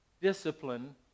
discipline